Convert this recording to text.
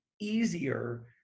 easier